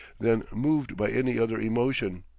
than moved by any other emotion.